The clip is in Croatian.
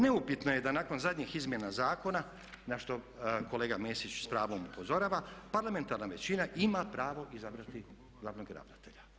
Neupitno je da nakon zadnjih izmjena zakona na što kolega Mesić s pravom upozorava parlamentarna većina ima pravo izabrati glavnog ravnatelja.